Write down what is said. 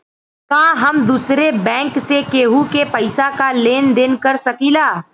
का हम दूसरे बैंक से केहू के पैसा क लेन देन कर सकिला?